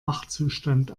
wachzustand